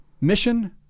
Mission